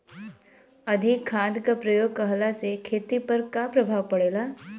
अधिक खाद क प्रयोग कहला से खेती पर का प्रभाव पड़ेला?